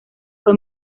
fue